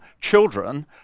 children